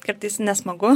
kartais nesmagu